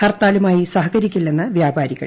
ഹർത്താലുമായി സഹകരിക്കില്ലെന്ന് വ്യാപാരികൾ